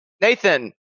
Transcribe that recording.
Nathan